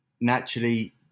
naturally